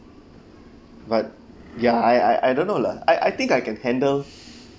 but ya I I I don't know lah I I think I can handle